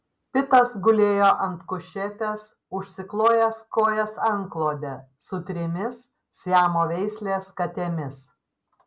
pitas gulėjo ant kušetės užsiklojęs kojas antklode su trimis siamo veislės katėmis